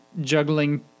juggling